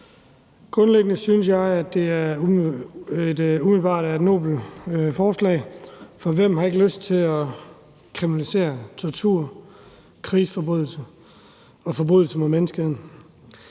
Grundlæggende synes jeg, at det umiddelbart er et nobelt forslag. For hvem har ikke lyst til at kriminalisere tortur, krigsforbrydelser og forbrydelser mod menneskeheden?